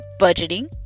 budgeting